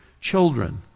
children